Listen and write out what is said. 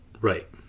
Right